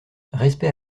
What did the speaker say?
respect